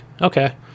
okay